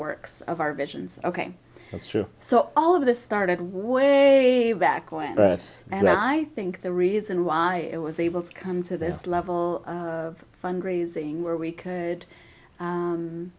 works of our visions ok that's true so all of this started way back when and i think the reason why it was able to come to this level of fund raising where we could